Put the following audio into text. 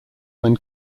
when